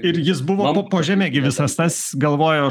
ir jis buvo po po žeme gi visas tas galvojo